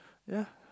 ya